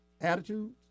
attitudes